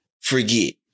forget